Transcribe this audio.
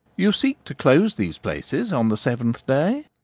you seek to close these places on the seventh day?